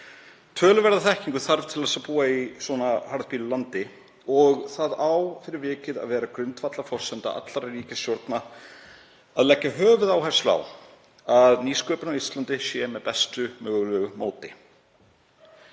Töluverða þekkingu þarf til að búa í harðbýlu landi og það á fyrir vikið að vera grundvallarforsenda allra ríkisstjórna að leggja höfuðáherslu á að nýsköpun á Íslandi sé með besta mögulega móti.